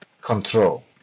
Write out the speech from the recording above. control